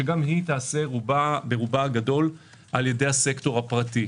שגם היא ברובה הגדול תיעשה על ידי הסקטור הפרטי.